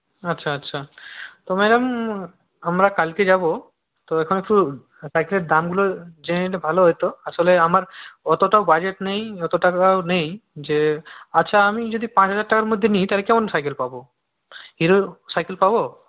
আচ্ছা আচ্ছা তো ম্যাডাম আমরা কালকে যাব তো এখন একটু সাইকেলের দামগুলো জেনে নিলে ভালো হত আসলে আমার অতটাও বাজেট নেই অত টাকাও নেই যে আচ্ছা আমি যদি পাঁচ হাজার টাকার মধ্যে নিই তো কেমন সাইকেল পাবো হিরো সাইকেল পাবো